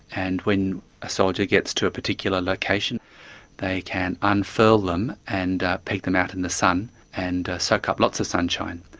and when a soldier gets to a particular location they can unfurl them and peg them out in the sun and soak up lots of sunshine.